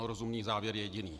Rozumný závěr je jediný.